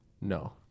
No